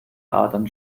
adern